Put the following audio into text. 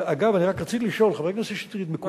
אגב, אני רק רציתי לשאול, חבר הכנסת שטרית, בבקשה.